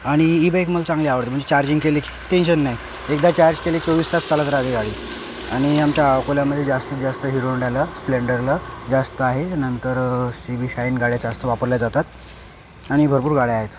आणि e bike मला चांगली आवडते म्हणजे चार्जिंग केलं की टेन्शन नाही एकदा चार्ज केले चोवीस तास चालत राहते गाडी आणि आमच्या अकोल्यामध्ये जास्तीत जास्त हिरो होंडाला स्प्लेंडरला जास्त आहे नंतर सी बी शाईन गाड्या जास्त वापरल्या जातात आणि भरपूर गाड्या आहेत